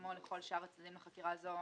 כמו לכל שאר הצדדים בחקירה הזו,